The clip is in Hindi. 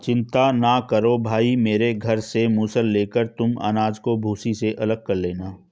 चिंता ना करो भाई मेरे घर से मूसल लेकर तुम अनाज को भूसी से अलग कर लेना